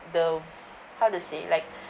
the how to say like